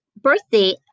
birthday